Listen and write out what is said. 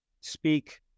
speak